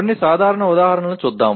కొన్ని సాధారణ ఉదాహరణలను చూద్దాం